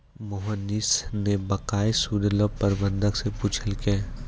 मोहनीश न बकाया सूद ल प्रबंधक स पूछलकै